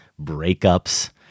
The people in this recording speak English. breakups